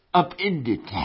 upended